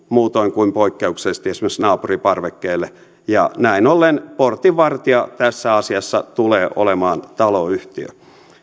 muutoin kuin poikkeuksellisesti esimerkiksi naapuriparvekkeelle ja näin ollen portinvartija tässä asiassa tulee olemaan taloyhtiö